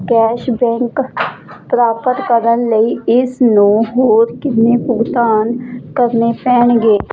cashback ਪ੍ਰਾਪਤ ਕਰਨ ਲਈ ਇਸ ਨੂੰ ਹੋਰ ਕਿੰਨੇ ਭੁਗਤਾਨ ਕਰਨੇ ਪੈਣਗੇ